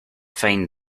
find